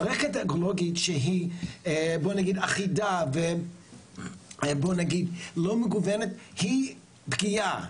מערכת אקולוגית שהיא אחידה ולא מגוונת, היא פגיעה.